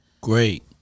Great